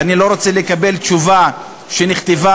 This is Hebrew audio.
ואני לא רוצה לקבל תשובה שנכתבה,